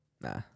Nah